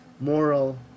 moral